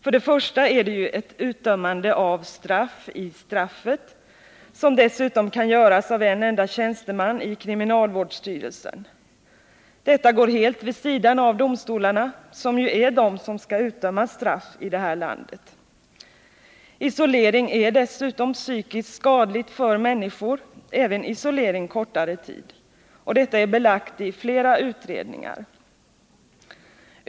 För det första är det ju ett utdömande av straff i straffet, som dessutom kan göras av en enda tjänsteman i kriminalvårdsstyrelsen. Detta går helt vid sidan av domstolarna, som ju är de som skall utdöma straff i det här landet. Isolering är för det andra psykiskt skadligt för människor, även isolering kortare tid. Detta är belagt i flera utredningar.